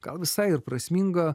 gal visai ir prasminga